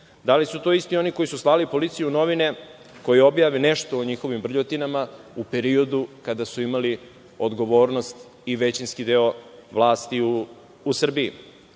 Da li su to isti oni koji su slali policiju u novine koje objave nešto o njihovim brljotinama u periodu kada su imali odgovornost i većinski deo vlasti u Srbiji?